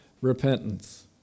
repentance